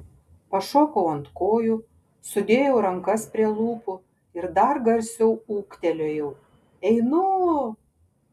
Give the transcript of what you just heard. pašokau ant kojų sudėjau rankas prie lūpų ir dar garsiau ūktelėjau einu